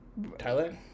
Thailand